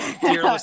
dear